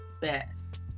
best